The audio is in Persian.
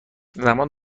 زمان